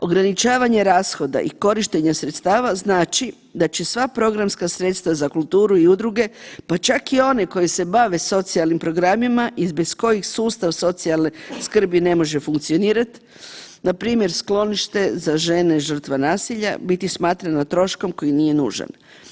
Ograničavanje rashoda i korištenje sredstava znači da će sva programska sredstva za kulturu i udruge, pa čak i oni koji se bave socijalnim programima i bez kojih sustav socijalne skrbi ne može funkcionirati npr. sklonište za žene žrtve nasilja biti smatrana troškom koji nije nužan.